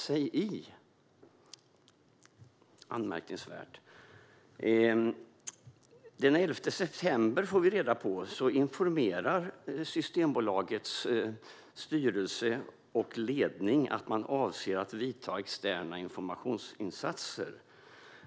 Vi får reda på att Systembolagets styrelse och ledning den 11 september informerade om att man avsåg att göra externa informationsinsatser.